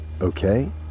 okay